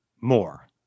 more